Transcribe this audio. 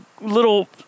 little